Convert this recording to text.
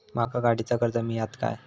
माका गाडीचा कर्ज मिळात काय?